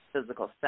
physical